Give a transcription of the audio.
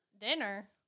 Dinner